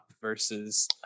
versus